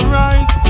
right